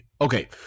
Okay